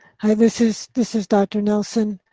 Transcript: hi, this is, this is dr. nelson.